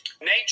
Nature